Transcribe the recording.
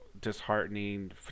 disheartening